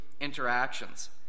interactions